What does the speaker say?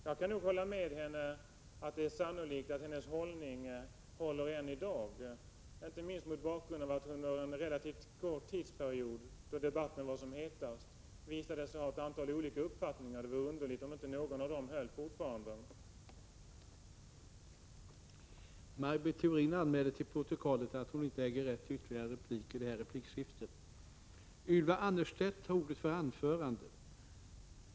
Jag kan nog hålla med henne om att det är sannolikt att hennes hållning är oförändrad än i dag, inte minst med tanke på att hon under en relativt kort tidsperiod, då debatten var som hetast, visade sig ha ett antal olika uppfattningar. Det vore underligt om inte någon av dem fortfarande skulle hålla.